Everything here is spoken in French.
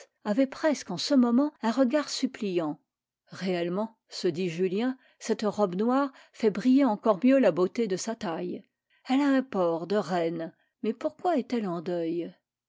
avait presque en ce moment un regard suppliant réellement se dit julien cette robe noire fait briller encore mieux la beauté de sa taille elle a un port de reine mais pourquoi est-elle en deuil